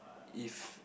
if